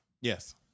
Yes